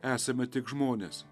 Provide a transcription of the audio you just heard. esame tik žmonės